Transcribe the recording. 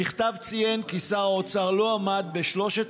המכתב ציין כי שר האוצר לא עמד בשלושת